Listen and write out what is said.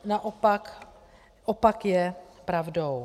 Naopak, opak je pravdou.